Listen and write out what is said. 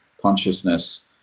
Consciousness